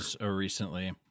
recently